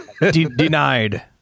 Denied